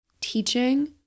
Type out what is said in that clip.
teaching